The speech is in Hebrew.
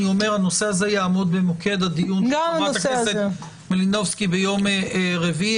הנושא הזה יעמוד במוקד הדיון של חברת הכנסת מלינובסקי ביום רביעי,